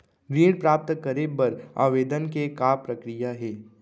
ऋण प्राप्त करे बर आवेदन के का प्रक्रिया हे?